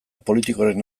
politikoren